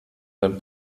den